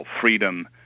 freedom